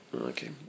okay